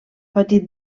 patit